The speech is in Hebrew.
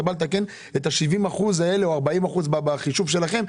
אתה בא לתקן את ה-70 אחוזים האלה או ה-40 אחוזים בחישוב שלכם,